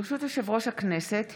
ברשות יושב-ראש הכנסת,